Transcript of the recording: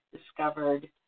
Discovered